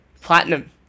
Platinum